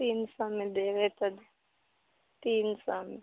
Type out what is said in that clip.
तीन सओमे देबै तऽ तीन सओमे